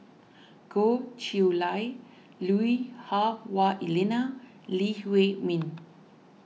Goh Chiew Lye Lui Hah Wah Elena Lee Huei Min